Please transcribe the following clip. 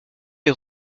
est